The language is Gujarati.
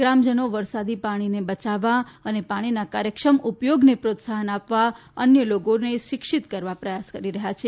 ગ્રામજનો વરસાદી પાણીને બચાવવા અને પાણીના કાર્યક્ષમ ઉપયોગને પ્રોત્સાહન આપવા અન્ય લોકોને શિક્ષિત કરવા પ્રયાસ કરી રહ્યા છે